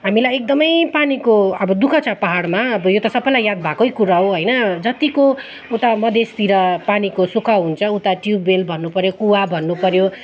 हामीलाई एकदमै पानीको अब दुःख छ पाहाडमा अब यो त सबैलाई याद भएकै कुरा हो होइन जतिको उता मधेसतिर पानीको सुख हुन्छ उता ट्युब वेल भन्नुपऱ्यो कुवा भन्नुपऱ्यो